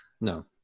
No